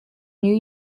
new